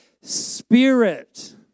Spirit